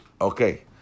Okay